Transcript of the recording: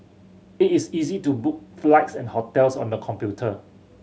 it is easy to book flights and hotels on the computer